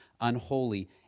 unholy